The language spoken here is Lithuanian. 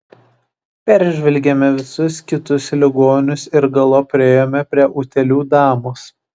peržvelgėme visus kitus ligonius ir galop priėjome prie utėlių damos